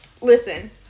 Listen